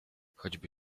choćby